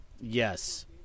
Yes